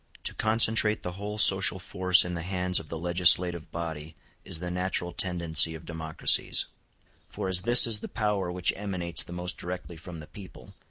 to concentrate the whole social force in the hands of the legislative body is the natural tendency of democracies for as this is the power which emanates the most directly from the people,